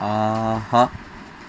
ஆஹா